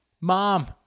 mom